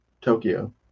Tokyo